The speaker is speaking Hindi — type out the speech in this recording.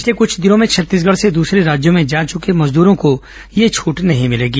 पिछले कुछ दिनों में छत्तीसगढ से दसरे राज्यों में जा चके श्रमिकों को यह छट नही मिलेगी